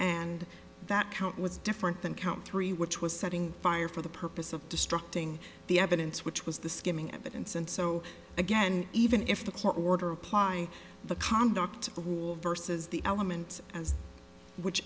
and that count was different than count three which was setting fire for the purpose of destructing the evidence which was the skimming evidence and so again even if the court order applying the conduct of war versus the elements as which